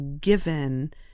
given